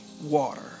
water